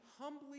humbly